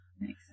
Makes